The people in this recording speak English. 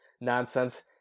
nonsense